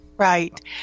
Right